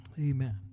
Amen